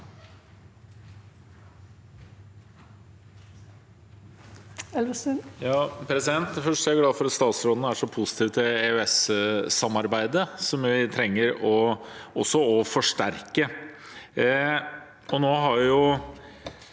Jeg er glad for at statsråden er så positiv til EØS-samarbeidet, som vi trenger å forsterke.